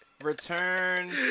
return